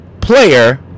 player